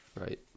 Right